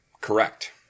Correct